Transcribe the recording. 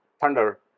thunder